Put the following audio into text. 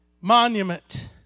monument